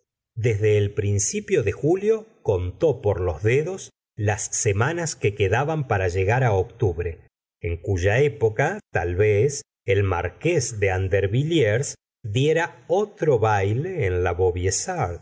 desde el principio de julio contó por los dedos las semanas que quedaban para llegar octubre en cuya época tal vez el marqués de andervilliers diera otro baile en la